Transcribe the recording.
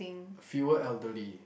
fewer elderly